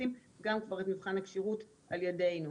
ועושים גם כבר את מבחן הכשירות על ידינו.